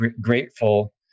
grateful